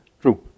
True